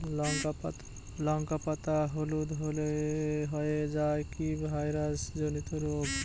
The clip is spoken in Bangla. লঙ্কা পাতা হলুদ হয়ে যাওয়া কি ভাইরাস জনিত রোগ?